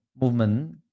movement